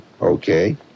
Okay